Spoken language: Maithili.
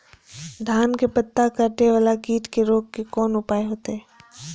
धान के पत्ता कटे वाला कीट के रोक के कोन उपाय होते?